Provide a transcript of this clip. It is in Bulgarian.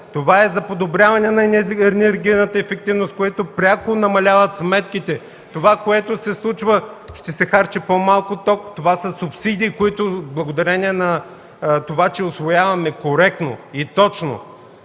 Това е за подобряване на енергийната ефективност, което пряко намалява сметките! Онова, което се случва – ще се харчи по-малко ток! Това са субсидии, които благодарение на това, че усвояваме коректно и точно